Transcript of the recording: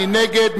מי נגד?